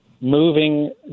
Moving